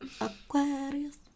Aquarius